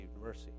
mercy